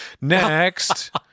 Next